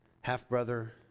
half-brother